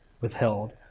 withheld